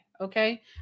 okay